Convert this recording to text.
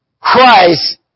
Christ